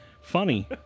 Funny